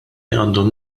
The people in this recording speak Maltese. għandhom